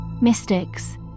mystics